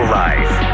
life